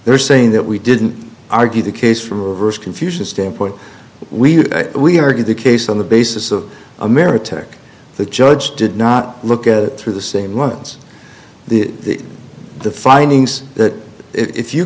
they're saying that we didn't argue the case from reverse confusion standpoint we we argued the case on the basis of ameritech the judge did not look at it through the same ones the the findings that if you